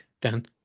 dan